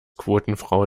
quotenfrau